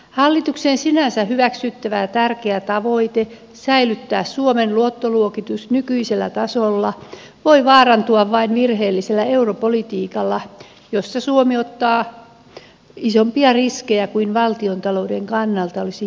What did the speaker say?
hallituksen sinänsä hyväksyttävä tärkeä tavoite säilyttää suomen luottoluokitus nykyisellä tasolla voi vaarantua vain virheellisellä europolitiikalla jossa suomi ottaa isompia riskejä kuin valtiontalouden kannalta olisi järkevää